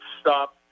stop